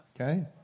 Okay